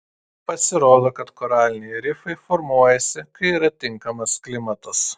pasirodo kad koraliniai rifai formuojasi kai yra tinkamas klimatas